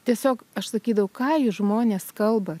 tiesiog aš sakydavau ką jūs žmonės kalbat